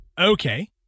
Okay